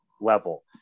level